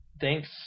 thanks